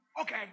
Okay